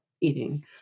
eating